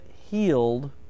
healed